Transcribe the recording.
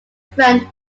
friend